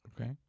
Okay